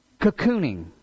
cocooning